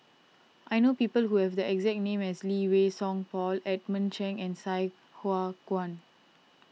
I know people who have the exact name as Lee Wei Song Paul Edmund Chen and Sai Hua Kuan